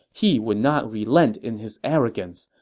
he would not relent in his arrogance.